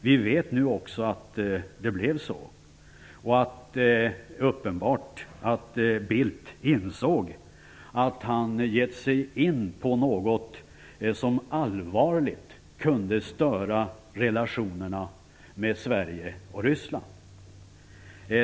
Vi vet nu också att det blev så. Det är uppenbart att Bildt insåg att han givit sig in på något som allvarligt kunde störa relationerna mellan Sverige och Ryssland.